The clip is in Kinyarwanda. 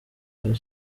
rayon